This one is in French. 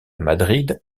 madrid